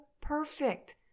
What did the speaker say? perfect